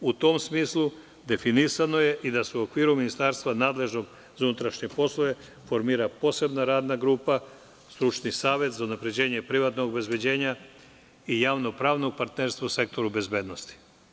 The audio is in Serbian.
U tom smislu, definisano je i da se u okviru ministarstva nadležnog za unutrašnje poslove formira posebna radna grupa, stručni savet za unapređenje privatnog obezbeđenja i javno-pravnog partnerstva u sektorubezbednosti.